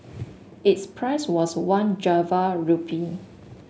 its price was one Java rupee